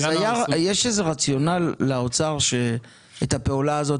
יש איזה רציונל לאוצר שאת הפעולה הזאת